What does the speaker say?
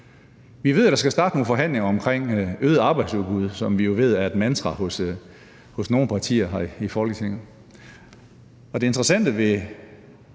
Vi ved, at der skal starte nogle forhandlinger omkring øget arbejdsudbud, som vi jo ved er et mantra hos nogle partier her i Folketinget. Og det interessante ved